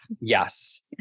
Yes